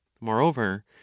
moreover